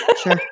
Sure